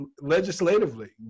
legislatively